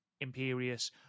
imperious